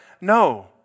No